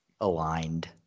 Aligned